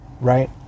right